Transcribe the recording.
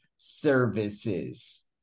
Services